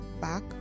back